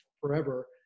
forever